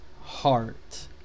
heart